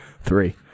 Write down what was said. Three